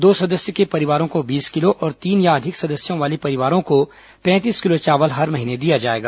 दो सदस्य के परिवार को बीस किलो और तीन या अधिक सदस्यों वाले परिवारों को पैंतीस किलो चावल हर महीने दिया जाएगा